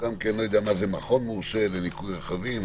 אני לא יודע מה זה מכון מורשה לניקוי רכבים,